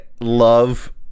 love